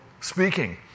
speaking